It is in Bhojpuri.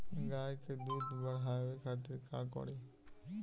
गाय के दूध बढ़ावे खातिर का करी?